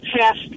past